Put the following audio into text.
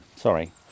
sorry